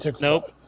Nope